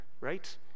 right